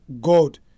God